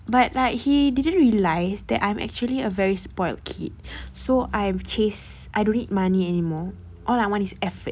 but like he didn't realised that I'm actually a very spoilt kid so I am chased I don't need money anymore all I want is effort